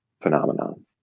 phenomenon